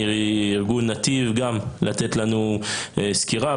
מארגון נתיב, לתת לנו סקירה.